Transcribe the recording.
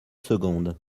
seconde